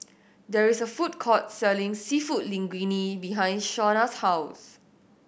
there is a food court selling Seafood Linguine behind Shawnna's house